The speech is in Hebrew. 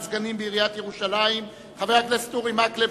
סגנים בעיריית ירושלים) חבר הכנסת אורי מקלב,